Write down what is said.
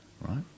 right